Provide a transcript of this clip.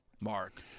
Mark